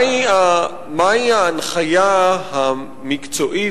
מהי ההנחיה המקצועית,